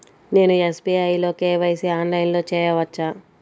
నేను ఎస్.బీ.ఐ లో కే.వై.సి ఆన్లైన్లో చేయవచ్చా?